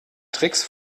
tricks